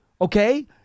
okay